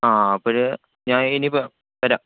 ആ അപ്പോള് ഞാന് ഇനിയിപ്പോള് വരാം